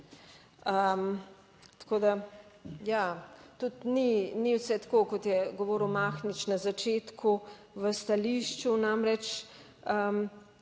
Tako da, ja, tudi ni vse tako kot je govoril Mahnič na začetku v stališču, namreč